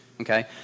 okay